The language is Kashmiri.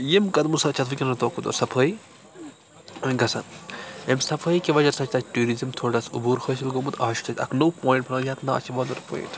ییٚمہِ قدمہٕ سۭتۍ چھِ اَتھ وٕنکیٚنَس دۄہ کھۄتہٕ دۄہ صفٲیی گژھان اَمہِ صفٲیی کہِ وجہ سۭتۍ چھِ تَتہِ ٹوٗرِزِم تھوڑا اوٚبوٗر حٲصِل گوٚمُت آز چھُ تَتہِ اَکھ نوٚو پۄیِنٛٹ یَتھ نا اَز چھِ وۄلُر پۄیِنٛٹ